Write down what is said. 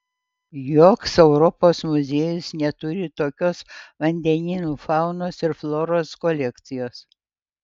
joks europos muziejus neturi tokios vandenynų faunos ir floros kolekcijos